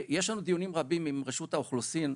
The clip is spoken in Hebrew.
יש לנו דיונים רבים עם רשות האוכלוסין,